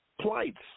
plights